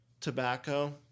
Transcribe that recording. tobacco